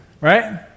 Right